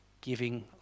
giving